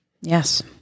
Yes